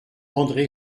andré